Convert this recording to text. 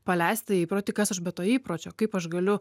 paleisti įprotį kas aš be to įpročio kaip aš galiu